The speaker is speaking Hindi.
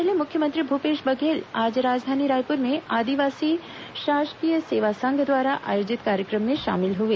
इससे पहले मुख्यमंत्री भूपेश बघेल आज राजधानी रायपुर में आदिवासी शासकीय सेवा संघ द्वारा आयोजित कार्य क्र म में शामिल हुए